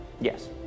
Yes